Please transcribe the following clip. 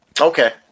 Okay